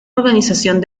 organización